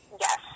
Yes